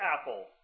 apple